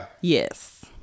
Yes